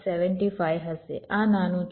75 હશે આ નાનું છે